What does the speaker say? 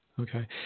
Okay